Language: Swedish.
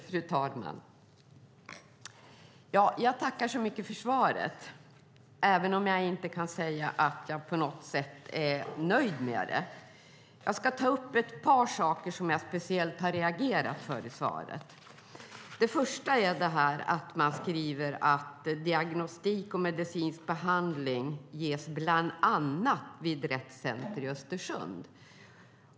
Fru talman! Jag tackar så mycket för svaret även om jag inte kan säga att jag på något sätt är nöjd med det. Jag ska ta upp ett par saker som jag har reagerat särskilt på i svaret. Det första gäller att man skriver att diagnostik och medicinsk behandling ges bland annat vid Rett Center i Östersund.